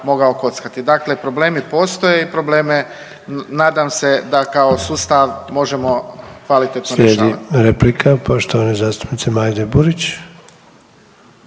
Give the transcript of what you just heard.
mogao kockati. Dakle, problemi postoje i probleme nadam se da kao sustav možemo kvalitetno rješavati. **Sanader, Ante (HDZ)** Slijedi replika poštovane zastupnice Majde Burić.